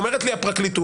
אומרת לי הפרקליטות,